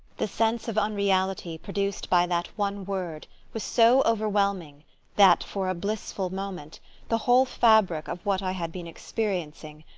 the sense of unreality produced by that one word was so overwhelming that for a blissful moment the whole fabric of what i had been experiencing,